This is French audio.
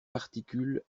particule